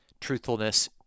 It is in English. truthfulness